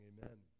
Amen